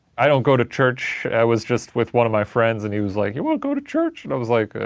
i don't go to church. i was just with one of my friends and he was like, you wanna go to church? and i was like,